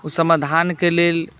ओ समाधानके लेल